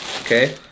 okay